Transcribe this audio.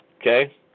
Okay